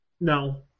No